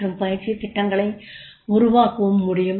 மற்றும் பயிற்சித் திட்டங்களை உருவாக்கவும் முடியும்